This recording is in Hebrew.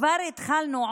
כבר התחלנו,